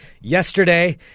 yesterday